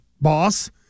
boss